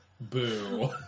Boo